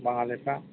बाङालिफ्रा